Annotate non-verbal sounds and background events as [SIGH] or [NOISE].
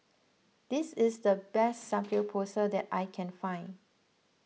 this is the best [NOISE] Samgeyopsal that I can find